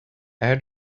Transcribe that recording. air